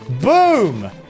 Boom